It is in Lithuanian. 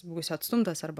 būsi atstumtas arba